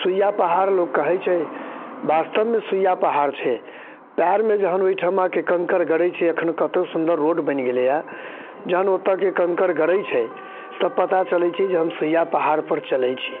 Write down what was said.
सुइया पहाड़ लोक कहैत छै वास्तवमे सुइया पहाड़ छै पएरमे जखन ओहिठमाके कङ्कड़ गड़ैत छै एखन कतेक सुन्दर रोड बनि गेलैए जखन ओतयके कङ्कड़ गड़ैत छै तऽ पता चलैत छै जे हम सुइया पहाड़पर चलैत छी